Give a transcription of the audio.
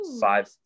five